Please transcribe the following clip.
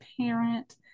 parent